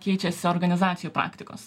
keičiasi organizacijų praktikos